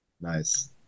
Nice